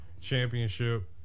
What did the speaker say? championship